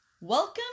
welcome